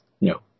No